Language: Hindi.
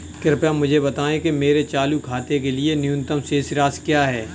कृपया मुझे बताएं कि मेरे चालू खाते के लिए न्यूनतम शेष राशि क्या है?